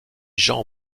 jean